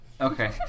Okay